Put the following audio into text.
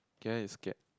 can I escape